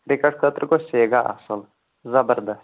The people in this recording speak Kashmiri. کِرکَٹ خٲطرٕ گوٚو سیگا اَصٕل زبردس